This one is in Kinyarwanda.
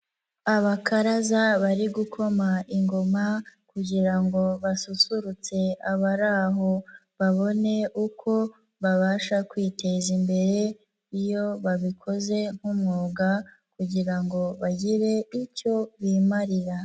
Abakaraza bari gukoma ingoma kugira ngo basusururutse abariraho, babone uko babasha kwiteza imbere, iyo babikoze nk'umwuga kugira ngo bagire icyo bimarira.